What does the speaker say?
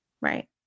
Right